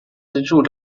资助